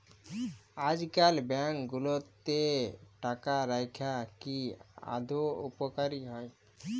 আইজকাল ব্যাংক গুলাতে টাকা রাইখা কি আদৌ উপকারী হ্যয়